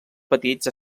petits